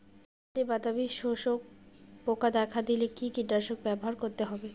ধানে বাদামি শোষক পোকা দেখা দিলে কি কীটনাশক ব্যবহার করতে হবে?